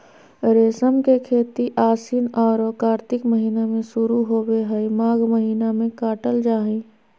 रेशम के खेती आशिन औरो कार्तिक महीना में शुरू होबे हइ, माघ महीना में काटल जा हइ